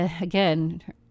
again